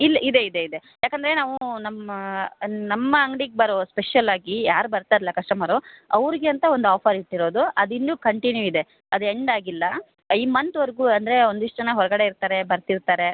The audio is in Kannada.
ಇಲ್ಲಿ ಇದೆ ಇದೆ ಇದೆ ಯಾಕಂದರೆ ನಾವು ನಮ್ಮ ನಮ್ಮ ಅಂಗ್ಡಿಗೆ ಬರೋ ಸ್ಪೆಷಲ್ಲಾಗಿ ಯಾರು ಬರ್ತಾರಲ್ಲ ಕಷ್ಟಮರು ಅವರಿಗೆ ಅಂತ ಒಂದು ಆಫರ್ ಇಟ್ಟಿರೋದು ಅದು ಇನ್ನೂ ಕಂಟಿನ್ಯೂ ಇದೆ ಅದು ಎಂಡ್ ಆಗಿಲ್ಲ ಈ ಮಂತ್ವರೆಗೂ ಅಂದರೆ ಒಂದಿಷ್ಟು ಜನ ಹೊರಗಡೆ ಇರ್ತಾರೆ ಬರ್ತಿರ್ತಾರೆ